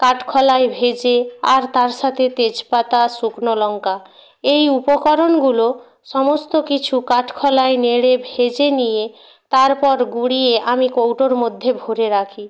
কাঠ খোলায় ভেজে আর তার সাথে তেজপাতা শুকনো লঙ্কা এই উপকরণগুলো সমস্ত কিছু কাঠ খোলায় নেড়ে ভেজে নিয়ে তারপর গুঁড়িয়ে আমি কৌটোর মধ্যে ভরে রাখি